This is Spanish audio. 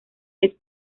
vez